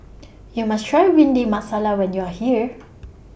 YOU must Try Windy Masala when YOU Are here